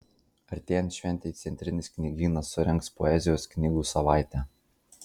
artėjant šventei centrinis knygynas surengs poezijos knygų savaitę